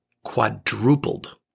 quadrupled